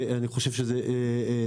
אני חושב שזה לזכותנו,